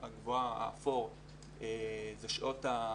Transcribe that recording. הנתון הרשמי של שעות המורה לפי ההסכמים הוא יחסית מעט שעות של עבודה,